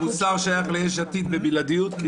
הליכוד --- כי המוסר שייך ליש עתיד בבלעדיות כאילו.